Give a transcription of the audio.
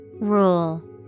Rule